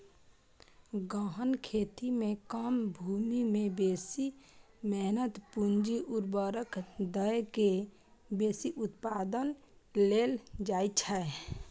गहन खेती मे कम भूमि मे बेसी मेहनत, पूंजी, उर्वरक दए के बेसी उत्पादन लेल जाइ छै